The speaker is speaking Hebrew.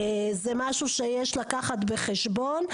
זה משהו שיש להביא בחשבון.